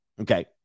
okay